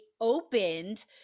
opened